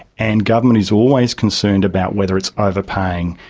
and government is always concerned about whether it's overpaying.